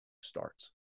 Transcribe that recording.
starts